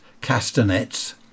castanets